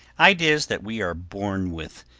ideas that we are born with,